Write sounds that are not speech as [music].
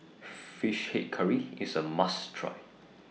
Fish Head Curry [noise] IS A must Try